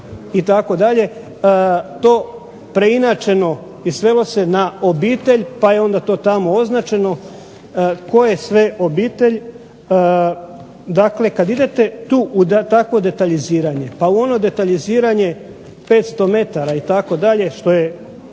obitelji to preinačeno i svelo se na obitelj pa je onda tamo označeno tko je sve obitelj. Dakle, kada idete u takvo detaljiziranje, pa onda detaljiziranje 500 metara itd., što je